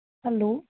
hello